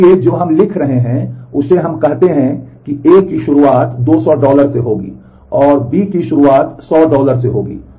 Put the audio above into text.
इसलिए हम जो लिख रहे हैं उसमें हम कहते हैं कि A की शुरुआत 200 डॉलर से होती है और B की शुरुआत 100 डॉलर से होती है